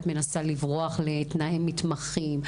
את מנסה לברוח לתנאי מתמחים.